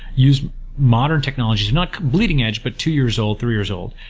use modern technologies, not bleeding edge, but two years old, three years old,